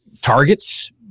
targets